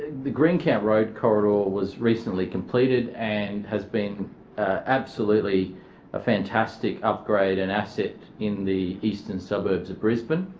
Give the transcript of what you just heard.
the green camp road corridor was recently completed and has been absolutely a fantastic upgrade and asset in the eastern suburbs of brisbane.